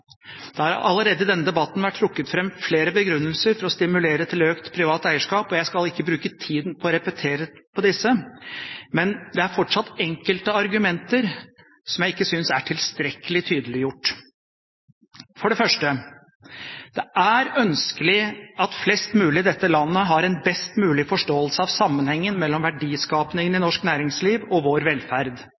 Det har allerede i denne debatten vært trukket fram flere begrunnelser for å stimulere til økt privat eierskap, og jeg skal ikke bruke tiden på å repetere disse, men det er fortsatt enkelte argumenter som jeg ikke synes er tilstrekkelig tydeliggjort. For det første: Det er ønskelig at flest mulig i dette landet har en best mulig forståelse av sammenhengen mellom verdiskapingen i norsk næringsliv og vår velferd.